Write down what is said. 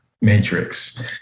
matrix